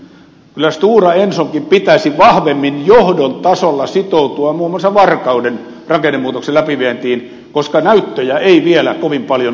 kyllä esimerkiksi stora ensonkin pitäisi vahvemmin johdon tasolla sitoutua muun muassa varkauden rakennemuutoksen läpivientiin koska näyttöjä ei vielä kovin paljon ole